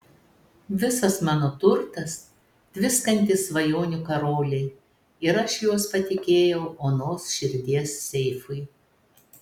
visas mano turtas tviskantys svajonių karoliai ir aš juos patikėjau onos širdies seifui